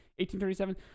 1837